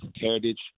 heritage